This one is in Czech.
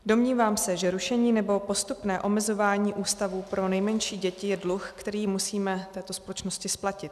Domnívám se, že rušení nebo postupné omezování ústavů pro nejmenší děti je dluh, který musíme této společnosti splatit.